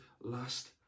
last